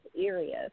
areas